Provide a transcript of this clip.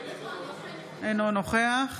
אינו נוכח